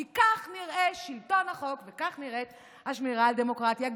כי כך נראה שלטון החוק וכך נראית השמירה על דמוקרטיה.